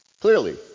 Clearly